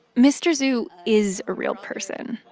mr. zhu is a real person.